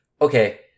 okay